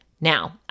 Now